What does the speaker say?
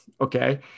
okay